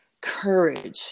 courage